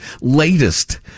latest